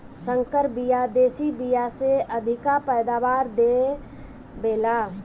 संकर बिया देशी बिया से अधिका पैदावार दे वेला